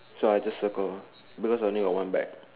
so I just circle ah because I only got one bag